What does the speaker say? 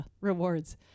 rewards